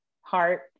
heart